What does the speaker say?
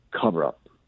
cover-up